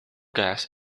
gas